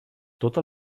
tota